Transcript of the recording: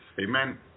amen